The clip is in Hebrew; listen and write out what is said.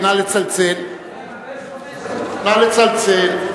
נא לצלצל.